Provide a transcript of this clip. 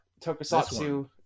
tokusatsu